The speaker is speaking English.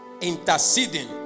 interceding